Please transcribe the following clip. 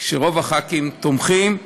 כשרוב חברי הכנסת תומכים,